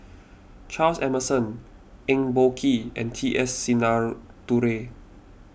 Charles Emmerson Eng Boh Kee and T S Sinnathuray